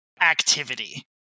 activity